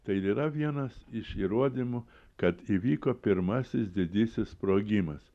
tai ir yra vienas iš įrodymų kad įvyko pirmasis didysis sprogimas